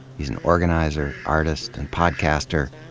he's an organizer, artist, and podcaster.